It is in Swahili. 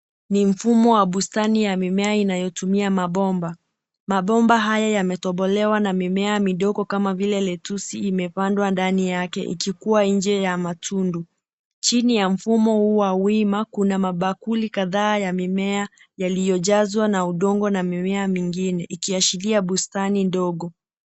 Ni mfumo ya bustani ya mimea inayotumia mabomba. Mabomba hayo yametobolewa na mimea midogo kama vile letusi imepandwa ndani yake ikikua nje ya matundu. Chini ya mfumo huu wa wima, kuna mabakuli kadhaa ya mimea yaliyojazwa na udongo na mimea mingine, ikiashiria bustani ndogo.